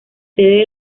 sede